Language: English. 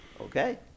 okay